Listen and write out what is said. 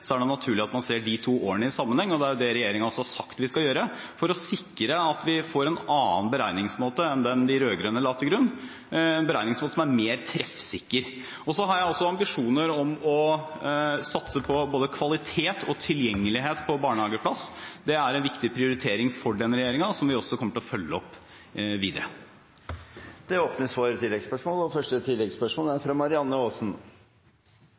er det naturlig at man ser de to årene i sammenheng. Det er jo det regjeringen også har sagt vi skal gjøre, for å sikre at vi får en annen beregningsmåte enn den de rød-grønne la til grunn – en beregningsmåte som er mer treffsikker. Så har jeg også ambisjoner om å satse på både kvalitet og tilgjengelighet til barnehageplass. Det er en viktig prioritering for denne regjeringen som vi også kommer til å følge opp videre. Det åpnes for oppfølgingsspørsmål – først Marianne Aasen. Statsråden sier, som helt korrekt er,